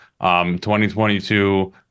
2022